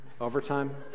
overtime